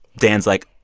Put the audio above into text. dan's like,